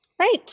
Right